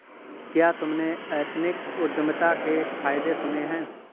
क्या तुमने एथनिक उद्यमिता के फायदे सुने हैं?